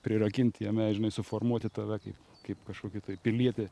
prirakint jame žinai suformuoti tave kaip kaip kažkokį tai pilietį